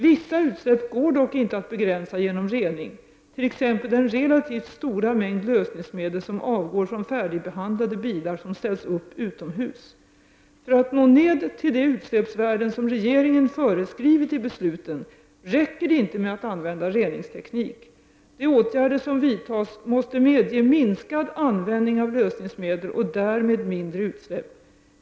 Vissa utsläpp går dock inte att begränsa genom rening, t.ex. den relativt stora mängd lösningsmedel som av går från färdigbehandlade bilar som ställs upp utomhus. För att nå ned till de utsläppsvärden som regeringen föreskrivit i besluten räcker det inte med att använda reningsteknik. De åtgärder som vidtas måste medge minskad användning av lösningsmedel och därmed mindre utsläpp.